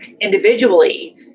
individually